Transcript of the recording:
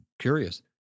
Curious